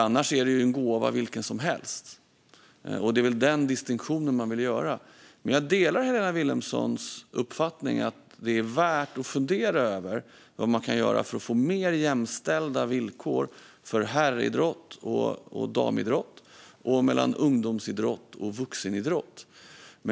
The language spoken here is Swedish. Annars är det ju en gåva vilken som helst, och det är denna distinktion man vill göra. Jag delar Helena Vilhelmssons uppfattning att det är värt att fundera över vad som kan göras för att få mer jämställda villkor för herridrott och damidrott och mellan ungdomsidrott och vuxenidrott.